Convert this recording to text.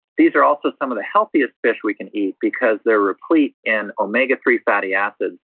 these are also some of the healthiest fish we can eat because they are replete in omega three fatty acids,